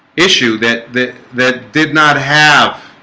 issue that that that did not have